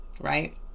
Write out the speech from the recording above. right